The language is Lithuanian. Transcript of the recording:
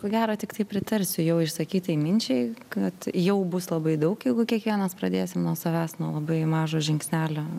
ko gera tiktai pritarsiu jau išsakytai minčiai kad jau bus labai daug jeigu kiekvienas pradėsim nuo savęs nuo labai mažo žingsnelio